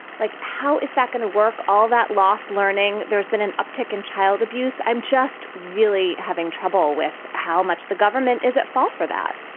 like, how is that going to work? all that lost learning. there's been an uptick in child abuse. i'm just really having trouble with how much the government is at fault for that